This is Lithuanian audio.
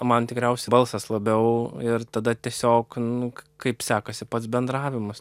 man tikriausia balsas labiau ir tada tiesiog nu kaip sekasi pats bendravimas